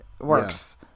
works